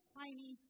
tiny